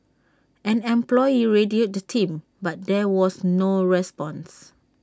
an employee radioed the team but there was no response